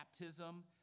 baptism